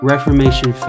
Reformation